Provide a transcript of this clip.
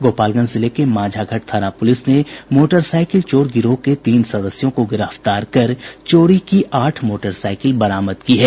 गोपालगंज जिले की मांझागढ़ थाना पुलिस ने मोटरसाइकिल चोर गिरोह के तीन सदस्यों को गिरफ्तार कर चोरी की आठ मोटरसाइकिल बरामद की है